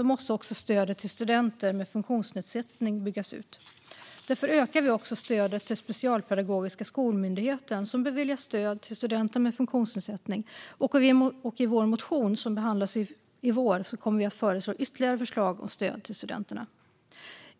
måste stödet till studenter med funktionsnedsättning byggas ut. Därför utökar vi också stödet till Specialpedagogiska skolmyndigheten, som beviljar stöd till studenter med funktionsnedsättning. I vår motion, som ska behandlas i vår, kommer vi att lägga fram ytterligare förslag om stöd till dessa studenter.